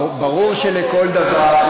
ברור שלכל דבר,